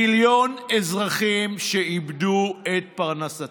מיליון אזרחים איבדו את פרנסתם,